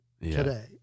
today